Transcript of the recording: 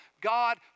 God